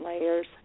layers